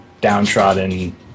downtrodden